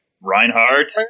Reinhardt